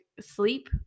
sleep